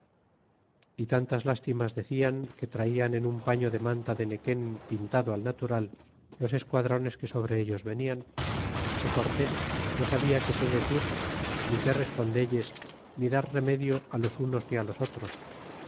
y tantas lástimas decian que traian en un paño de manta de nequen pintado al natural los esquadrones que sobre ellos venian que cortés no sabia qué se decir ni qué respondelles ni dar remedio los unos ni á los otros